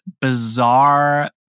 bizarre